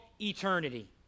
eternity